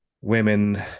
women